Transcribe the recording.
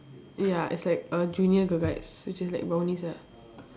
ya it's like a junior girl guides which is like brownies ah